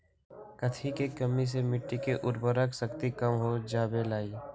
कथी के कमी से मिट्टी के उर्वरक शक्ति कम हो जावेलाई?